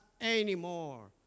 anymore